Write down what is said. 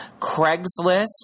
Craigslist